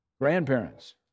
Grandparents